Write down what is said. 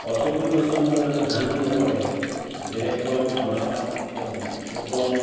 অৰ্থকৰি শস্যৰ মাজত আকৌ ধানটো নপৰে বেলেগ ধৰক মৰাপাট ক কটন